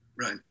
Right